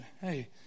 Hey